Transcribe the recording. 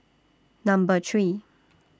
Number three